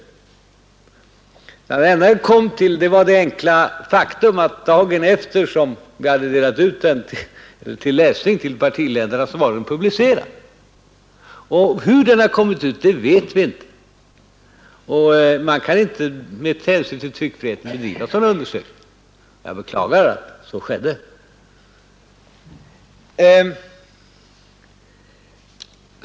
Det enda man kom fram till var det enkla faktum att dagen efter det att vi hade delat ut den till läsning åt partiledarna var den publicerad. Hur den har kommit ut vet vi inte. Man kan med hänsyn till tryckfriheten inte bedriva en sådan undersökning. Jag beklagar att så skedde.